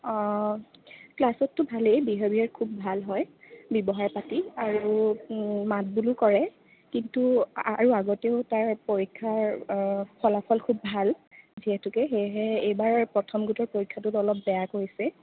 অঁ ক্লাছততো ভালেই বিহেভিয়াৰ খুব ভাল হয় ব্যৱহাৰ পাতি আৰু মাত বোলো কৰে কিন্তু আৰু আগতেও তাৰ পৰীক্ষাৰ ফলাফল খুব ভাল যিহেতুকে সেয়েহে এইবাৰ প্ৰথম গোটৰ পৰীক্ষাটোত অলপ বেয়া কৰিছে